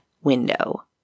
window